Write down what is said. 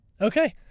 Okay